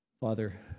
Father